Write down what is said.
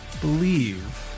believe